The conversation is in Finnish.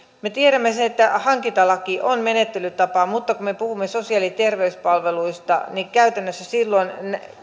me tiedämme sen että hankintalaki on menettelytapa mutta kun me me puhumme sosiaali ja terveyspalveluista niin käytännössä silloin